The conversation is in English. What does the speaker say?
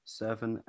seven